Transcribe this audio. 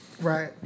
Right